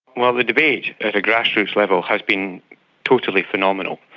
well, the debate at a grassroots level has been totally phenomenal.